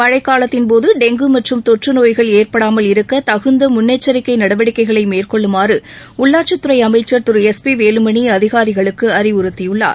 மழைக் காலத்தின்போது டெங்கு மற்றும் தொற்று நோய்கள் ஏற்படாமல் இருக்க தகுந்த முன்னெச்சிக்கை நடவடிக்கைகளை மேற்கொள்ளுமாறு உள்ளாட்சித் துறை அமைச்சா் திரு எஸ் பி வேலுமணி அதிகாரிகளுக்கு அறிவுறுத்தியுள்ளார்